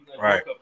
Right